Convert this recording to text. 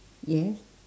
yes